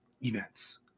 events